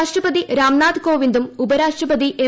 രാഷ്ട്രപതി രാംനാഥ് കോവിന്ദും ഉപരാഷ്ട്രപതി എം